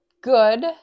good